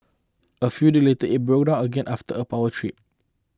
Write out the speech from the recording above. a few days later it broke down again after a power trip